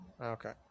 Okay